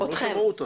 הם לא שמעו אותנו.